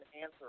answer